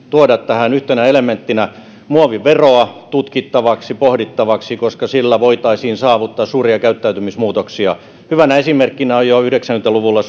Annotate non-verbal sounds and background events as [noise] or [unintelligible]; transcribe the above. [unintelligible] tuoda tähän yhtenä elementtinä muoviveroa tutkittavaksi pohdittavaksi koska sillä voitaisiin saavuttaa suuria käyttäytymismuutoksia hyvänä esimerkkinä on jo yhdeksänkymmentä luvulla [unintelligible]